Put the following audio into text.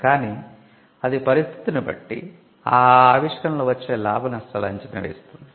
కాని అది పరిస్థితిని బట్టి ఆ ఆ ఆవిష్కరణ వల్ల వచ్చే లాభ నష్టాల అంచనా వేస్తుంది